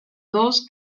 dos